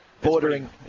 bordering